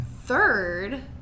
Third